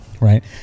right